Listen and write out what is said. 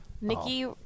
Nikki